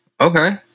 Okay